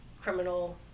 criminal